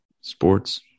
Sports